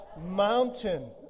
mountain